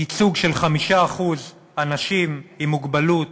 ייצוג של 5% אנשים עם מוגבלות